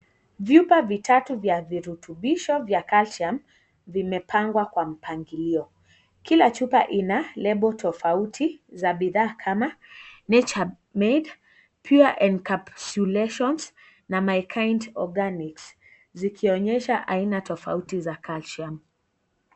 Vyupa vitatu vya virutubisho vya calcium vimepangwa kwa mpangilio. Kila chupa ina lebo tofauti za bidhaa kama nature made, pure and capsulations na my kind organica zikionyesha aina tofauti za calcium .